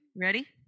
ready